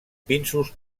pinsos